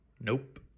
Nope